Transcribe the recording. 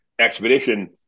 expedition